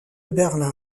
berlin